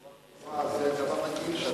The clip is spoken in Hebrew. מיקי,